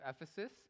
Ephesus